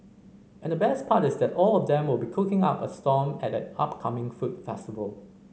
and the best part is that all of them will be cooking up a storm at an upcoming food festival